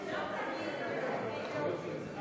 יש סיכום.